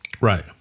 right